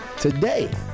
Today